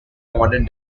modern